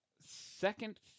second